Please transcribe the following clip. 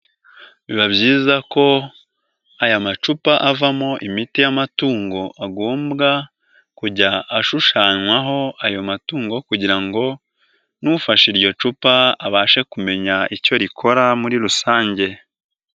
Biba byiza ko aya macupa avamo imiti y'amatungo, agombwa kujya ashushanywaho ayo matungo kugira ngo n'ufashe iryo cupa abashe kumenya icyo rikora muri rusange.